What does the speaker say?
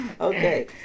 Okay